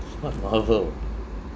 what marvel